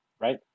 right